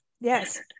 yes